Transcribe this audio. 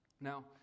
Now